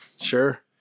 Sure